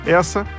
essa